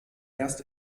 erst